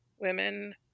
women